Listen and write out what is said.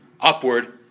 upward